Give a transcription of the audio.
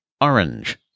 Orange